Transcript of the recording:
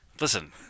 Listen